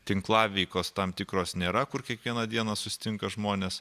tinklaveikos tam tikros nėra kur kiekvieną dieną susitinka žmonės